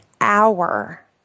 hour